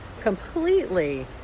completely